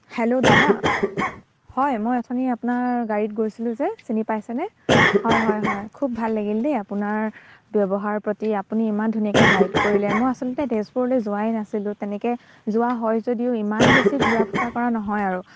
hello দাদা হয় মই অথনি আপোনাৰ গাড়ীত গৈছিলোঁ যে চিনি পাইছেনে হয় হয় হয় খুব ভাল লাগিল দেই আপোনাৰ ব্যৱহাৰ পাতি আপুনি ইমান ধুনীয়াকৈ গাইড কৰিলে মই আচলতে তেজপুৰলৈ যোৱাই নাছিলোঁ তেনেকৈ যোৱা হয় যদিও ইমান বেছি ঘূৰা পকা কৰা নহয় আৰু